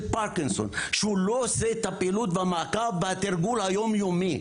פרקינסון שהוא לא עושה את הפעילות והמעקב והתרגול היום-יומי,